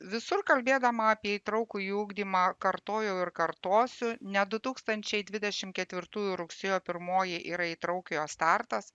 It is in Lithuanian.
visur kalbėdama apie įtrauktųjį ugdymą kartojau ir kartosiu ne du tūkstančiai dvidešimt ketvirtųjų rugsėjo pirmoji yra įtraukiojo startas